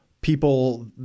people